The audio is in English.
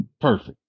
perfect